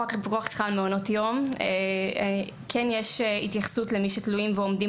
על מעונות יום כן יש התייחסות למי שתלויים ועומדים